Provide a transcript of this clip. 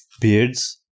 beards